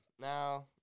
now